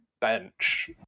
bench